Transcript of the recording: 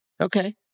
Okay